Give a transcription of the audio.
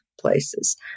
places